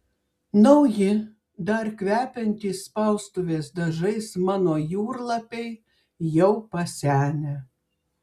nauji dar kvepiantys spaustuvės dažais mano jūrlapiai jau pasenę